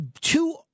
two